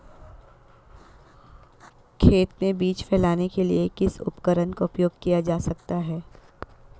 खेत में बीज फैलाने के लिए किस उपकरण का उपयोग किया जा सकता है?